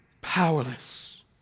Powerless